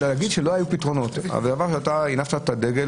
לומר שלא היו פתרונות - אתה הנפת את הדגל